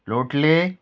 लोटले